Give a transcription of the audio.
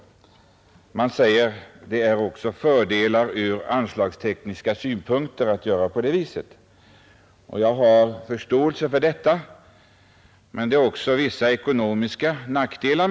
Man säger att det också är fördelaktigt från anslagstekniska synpunkter att göra på det viset. Jag har förståelse för detta. Men det finns också vissa ekonomiska nackdelar.